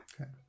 Okay